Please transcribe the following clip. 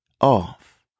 off